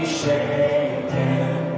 shaken